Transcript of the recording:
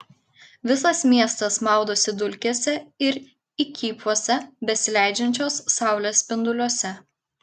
visas miestas maudosi dulkėse ir įkypuose besileidžiančios saulės spinduliuose